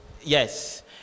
Yes